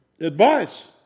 Advice